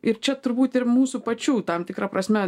ir čia turbūt ir mūsų pačių tam tikra prasme